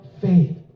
faith